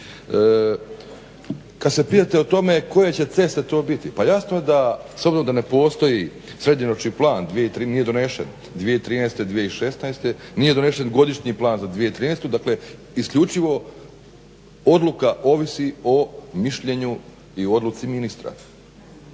Kad se pitate o tome koje će ceste to biti pa jasno je da s obzirom da ne postoji srednjoročni plan, nije donesen, 2013.-2016., nije donesen Godišnji plan za 2013., dakle isključivo odluka ovisi o mišljenju i o odluci ministra.